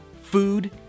food